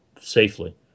safely